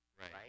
right